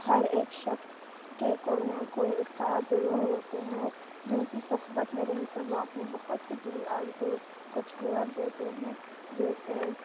ہر ایک شخص کے کوئی نا کوئی استاد ضرور ہوتے ہیں جن کی صحبت میں رہ کر وہ اپنی بہت سی بری عادتوں کو چھوڑ دیتے ہیں جیسے